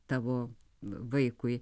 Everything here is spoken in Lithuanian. tavo vaikui